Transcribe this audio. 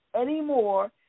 anymore